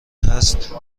هست